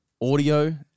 Audio